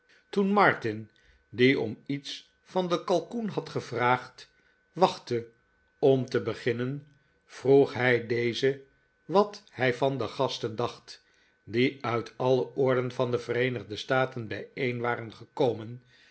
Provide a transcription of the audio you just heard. toen martin die om iets van den kalkoen had gevraagd wachtte om te beginneri vroeg hij dezen wat hij van de gasten dacht die uit alle oorden van de vereenigde staten bijeen waren gekomen